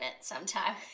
sometime